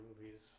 movies